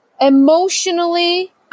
emotionally